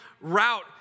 route